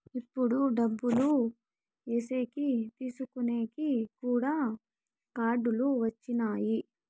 ఇప్పుడు డబ్బులు ఏసేకి తీసుకునేకి కూడా కార్డులు వచ్చినాయి